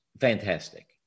fantastic